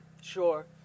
Sure